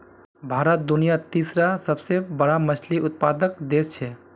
भारत दुनियार तीसरा सबसे बड़ा मछली उत्पादक देश छे